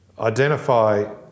identify